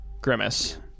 Grimace